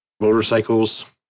motorcycles